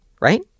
right